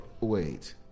Wait